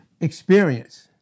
Experience